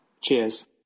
Cheers